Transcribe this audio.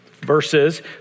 verses